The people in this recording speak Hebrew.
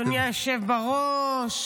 אדוני היושב בראש,